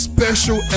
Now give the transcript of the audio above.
Special